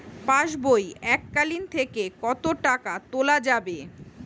পাশবই এককালীন থেকে কত টাকা তোলা যাবে?